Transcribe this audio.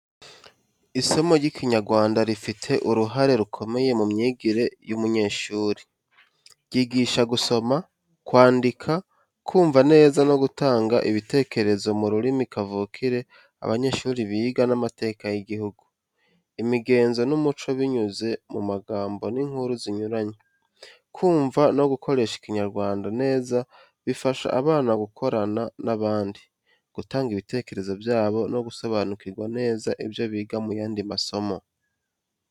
Isomo ry’Ikinyarwanda rifite uruhare rukomeye mu myigire y’umunyeshuri. Ryigisha gusoma, kwandika, kumva neza no gutanga ibitekerezo mu rurimi kavukire. Abanyeshuri biga n’amateka y’igihugu, imigenzo n’umuco binyuze mu magambo n’inkuru zinyuranye. Kumva no gukoresha Ikinyarwanda neza bifasha abana gukorana n’abandi, gutanga ibitekerezo byabo no gusobanukirwa neza ibyo biga mu yandi masomo.